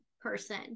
person